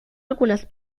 algunas